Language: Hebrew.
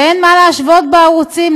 ואין מה להשוות בערוצים,